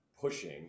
pushing